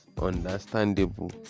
understandable